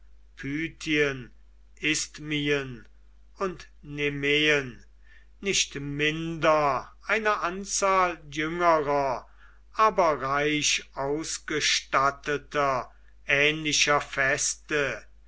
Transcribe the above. pythien isthmien und nemeen nicht minder einer anzahl jüngerer aber reich ausgestatteter ähnlicher feste